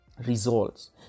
results